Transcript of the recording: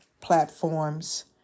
platforms